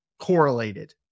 correlated